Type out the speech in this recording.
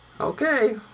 okay